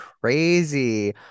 crazy